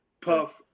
Puff